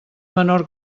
menor